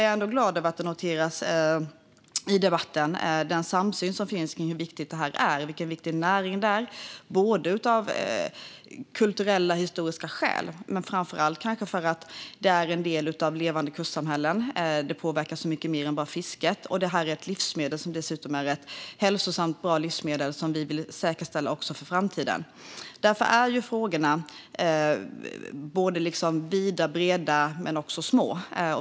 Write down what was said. Jag är glad över att den samsyn som finns om hur viktigt detta är har noterats i debatten. Det är en viktig näring av kulturella och historiska skäl men kanske framför allt för att det är en del av levande kustsamhällen; det påverkar så mycket mer än bara fisket. Detta är dessutom ett hälsosamt och bra livsmedel som vi vill säkerställa också för framtiden. Därför är frågorna både vida - eller breda - och små.